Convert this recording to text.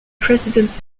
president